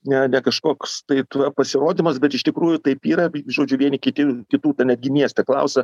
ne ne kažkoks tai pasirodymas bet iš tikrųjų taip yra žodžiu vieni kiti kitų ten netgi mieste klausia